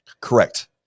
Correct